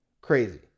Crazy